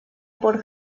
por